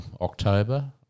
October